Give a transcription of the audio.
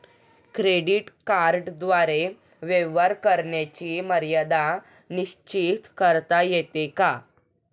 Credit कार्डद्वारे व्यवहार करण्याची मर्यादा निश्चित करता येते का?